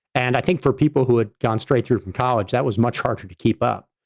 and i think for people who had gone straight through from college, that was much harder to keep up.